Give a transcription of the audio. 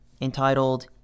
entitled